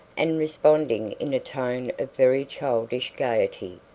and responding in a tone of very childish gaiety,